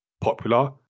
popular